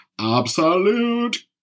Absolute